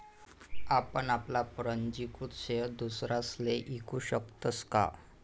आपण आपला पंजीकृत शेयर दुसरासले ईकू शकतस का?